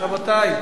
ההצעה להעביר